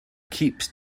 keeps